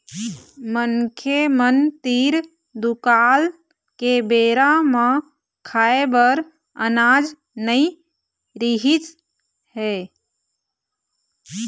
मनखे मन तीर दुकाल के बेरा म खाए बर अनाज नइ रिहिस हे